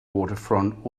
waterfront